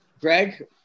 Greg